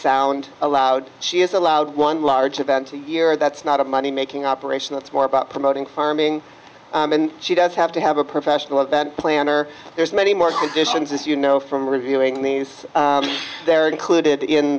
sound allowed she is allowed one large event a year that's not a money making operation it's more about promoting farming and she does have to have a professional event planner there's many more physicians as you know from reviewing these they're included in